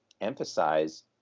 emphasize